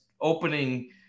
opening